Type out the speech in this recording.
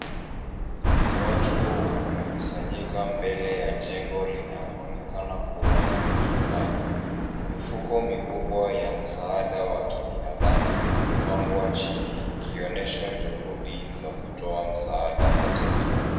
Watu wamekusanyika mbele ya jengo linaloonekana kuwa la serikali. Mifuko mikubwa ya msaada wa kibinadamu imepangwa chini ikionyesha juhudi za kutoa msaada kwa jamii.